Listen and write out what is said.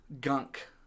gunk